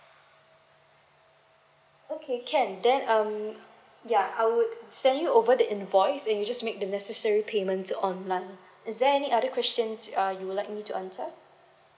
okay can then um ya I would send you over the invoice and you just make the necessary payments online is there any other questions uh you would like me to answer